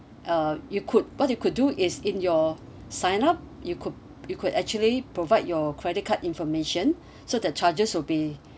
uh you could what you could do is in your sign up you could you could actually provide your credit card information so the charges will be